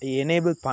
enable